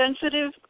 sensitive